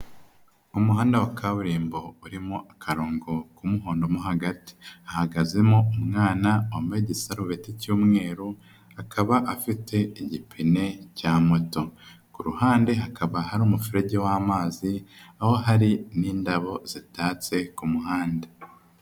Umuhanda wa kaburimbo urimo akarongo k'umuhondo mo hagati, hahagazemo umwana wambaye igisarubete cy'umweru akaba afite igipine cya moto, ku ruhande hakaba hari umufurege w'amazi aho hari n'indabo zitatse ku muhanda.